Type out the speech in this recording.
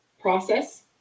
process